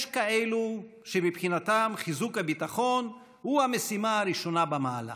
יש כאלה שמבחינתם חיזוק הביטחון הוא המשימה הראשונה במעלה.